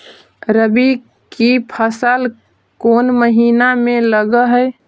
रबी की फसल कोन महिना में लग है?